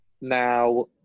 now